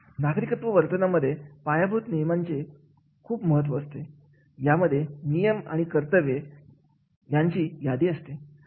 नागरिकत्व वर्तनामध्ये पायाभूत नियमांचे खूप महत्त्व असते यामध्ये नियम आणि कर्तव्यांचे यादी असते